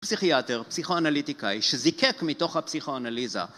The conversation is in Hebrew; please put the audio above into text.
פסיכיאטר, פסיכואנליטיקאי, שזיקק מתוך הפסיכואנליזה